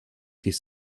his